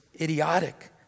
idiotic